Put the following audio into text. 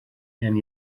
and